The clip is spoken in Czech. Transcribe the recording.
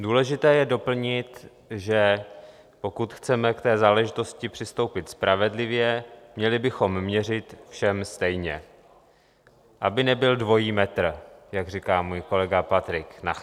Důležité je doplnit, že pokud chceme k té záležitosti přistoupit spravedlivě, měli bychom měřit všem stejně, aby nebyl dvojí metr, jak říká můj kolega Patrik Nacher.